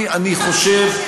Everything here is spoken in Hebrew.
אני חושב,